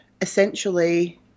essentially